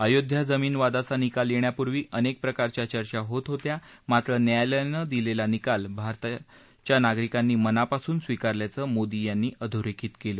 आयोध्या जमीन वादाचा निकाल येण्यापूर्वी अनेक प्रकारच्या चर्चा होत होत्या मात्र न्यायालयानं दिलेला निकाल भारताच्या नागरिकांनी मनापासून स्विकारल्याचं मोदी यांनी अधोरेखित केलं